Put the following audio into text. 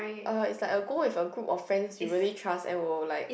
uh it's like a go with a group of friends you really trust and will like